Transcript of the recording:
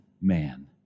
man